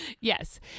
yes